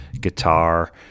guitar